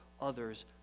others